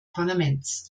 parlaments